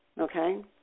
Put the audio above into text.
okay